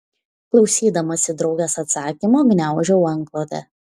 klausydamasi draugės atsakymo gniaužau antklodę